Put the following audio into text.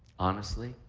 honestly,